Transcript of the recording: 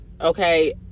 okay